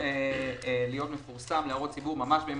להיות מפורסם להערות הציבור ממש בימים